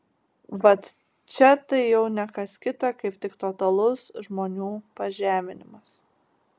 vat čia tai jau ne kas kita kaip tik totalus žmonių pažeminimas